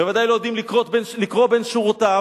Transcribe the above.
בוודאי לא יודעים לקרוא בין שורותיו.